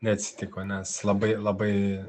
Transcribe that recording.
neatsitiko nes labai labai